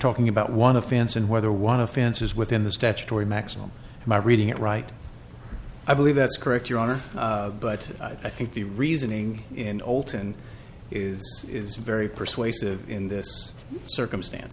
talking about one offense and whether one offense is within the statutory maximum my reading it right i believe that's correct your honor but i think the reasoning in alton is is very persuasive in this circumstance